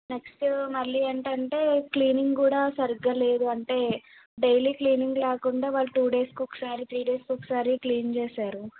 next మళ్ళీ ఏంటంటే cleaning కూడా సరిగ్గా లేదు అంటే డైలీ క్లీనింగ్ లేకుండా వాళ్ళు టూ డేస్ ఒకసారి త్రీ డేస్ ఒకసారి క్లీన్ చేశారు